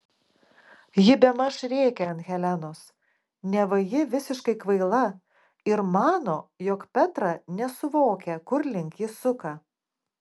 ji bemaž rėkia ant helenos neva ji visiškai kvaila ir mano jog petra nesuvokia kur link ji suka